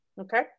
Okay